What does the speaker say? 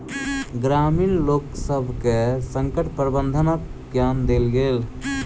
ग्रामीण लोकसभ के संकट प्रबंधनक ज्ञान देल गेल